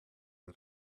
ein